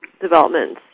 developments